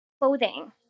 clothing